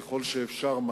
ככל שאפשר,